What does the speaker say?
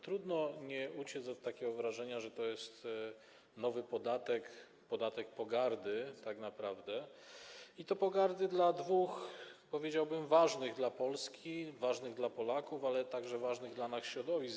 Trudno uciec od takiego wrażenia, że to jest nowy podatek, podatek pogardy tak naprawdę, i to pogardy dla dwóch, powiedziałbym, ważnych dla Polski, ważnych dla Polaków, ale także ważnych dla nas środowisk.